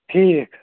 ٹھیٖک